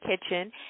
kitchen